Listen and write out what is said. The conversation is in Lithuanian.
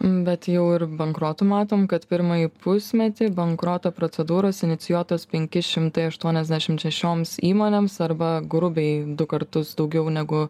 bet jau ir bankrotų matom kad pirmąjį pusmetį bankroto procedūros inicijuotos penki šimtai aštuoniasdešim šešioms įmonėms arba grubiai du kartus daugiau negu